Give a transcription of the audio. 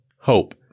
hope